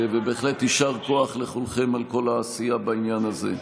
יישר כוח לכולכם על כל העשייה בעניין הזה.